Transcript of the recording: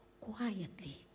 quietly